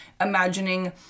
imagining